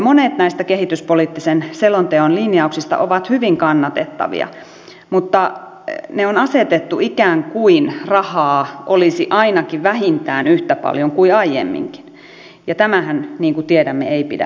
monet näistä kehityspoliittisen selonteon linjauksista ovat hyvin kannatettavia mutta ne on asetettu ikään kuin rahaa olisi ainakin vähintään yhtä paljon kuin aiemminkin ja tämähän niin kuin tiedämme ei pidä paikkaansa